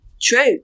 true